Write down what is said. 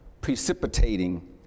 precipitating